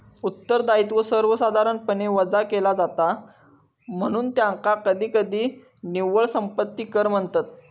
उत्तरदायित्व सर्वसाधारणपणे वजा केला जाता, म्हणून त्याका कधीकधी निव्वळ संपत्ती कर म्हणतत